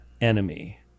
enemy